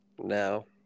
No